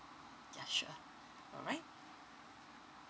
ya sure alright